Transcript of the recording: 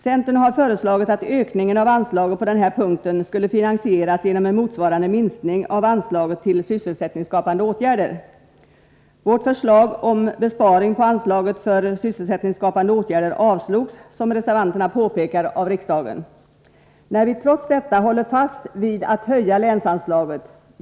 Centern har föreslagit att ökningen av anslaget på den här punkten skulle finansieras genom en motsvarande minskning av anslaget till sysselsättningsskapande åtgärder. Vårt förslag om besparing på anslaget för sysselsättningsskapande åtgärder avslogs, som reservanterna påpekar, av riksdagen. Men trots detta håller vi fast vid en höjning av länsanslaget.